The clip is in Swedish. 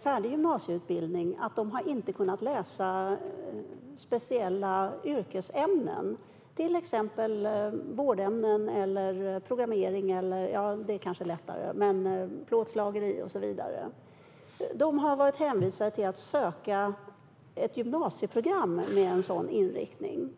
färdig gymnasieutbildning. De har inte kunnat läsa speciella yrkesämnen, till exempel vårdämnen, programmering - det kanske i och för sig är lättare - plåtslageri och så vidare. De har varit hänvisade till att söka ett gymnasieprogram med en sådan inriktning.